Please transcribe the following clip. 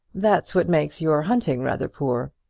that's what makes your hunting rather poor.